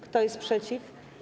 Kto jest przeciw?